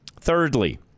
Thirdly